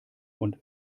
und